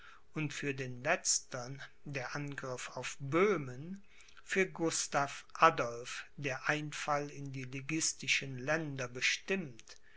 und für den letztern der angriff auf böhmen für gustav adolph der einfall in die liguistischen länder bestimmt